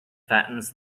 fattens